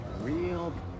real